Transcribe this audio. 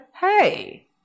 hey